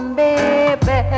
baby